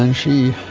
and she,